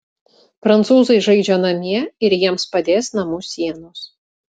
prancūzai žaidžia namie ir jiems padės namų sienos